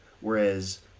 Whereas